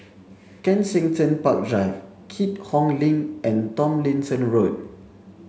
Kensington Park Drive Keat Hong Link and Tomlinson Road